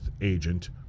Agent